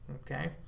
okay